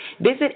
Visit